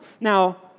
Now